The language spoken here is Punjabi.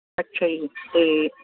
ਅੱਛਾ ਜੀ ਅਤੇ